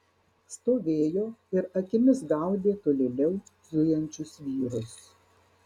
stovėjo ir akimis gaudė tolėliau zujančius vyrus